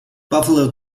buffalo